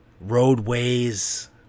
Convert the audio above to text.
Roadways